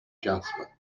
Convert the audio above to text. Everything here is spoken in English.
jasper